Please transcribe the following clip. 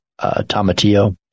tomatillo